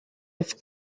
health